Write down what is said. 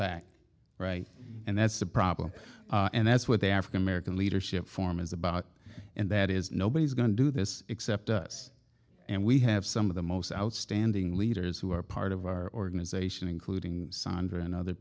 back right and that's a problem and that's what the african american leadership forum is about and that is nobody is going to do this except us and we have some of the most outstanding leaders who are part of our organization including sondra and other